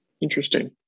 interesting